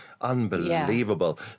Unbelievable